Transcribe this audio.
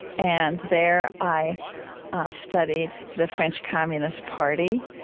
and there, i ah studied the french communist party.